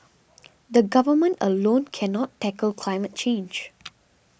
the Government alone cannot tackle climate change